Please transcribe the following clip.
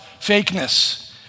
fakeness